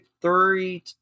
three